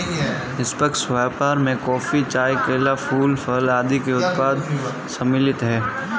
निष्पक्ष व्यापार में कॉफी, चाय, केला, फूल, फल आदि के उत्पाद सम्मिलित हैं